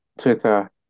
Twitter